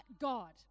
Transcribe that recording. God